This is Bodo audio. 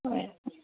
ए